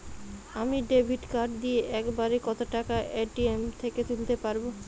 আমি debit card দিয়ে এক বারে কত টাকা এ.টি.এম থেকে তুলতে পারবো?